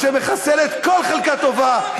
שמחסלת כל חלקה טובה במדינה הזאת.